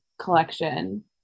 collection